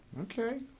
Okay